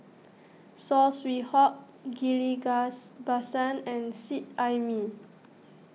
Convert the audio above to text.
Saw Swee Hock Ghillie Basan and Seet Ai Mee